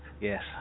Yes